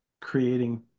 creating